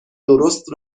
درست